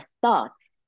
thoughts